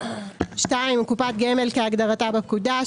הוא קופת גמל כהגדרתה בפקודה,